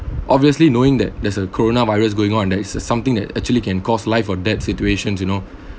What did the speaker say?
obviously knowing that there's a coronavirus going on there is a something that actually can cause live or dead situations you know